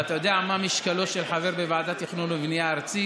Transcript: ואתה יודע מה משקלו של חבר ועדת תכנון ובנייה ארצית,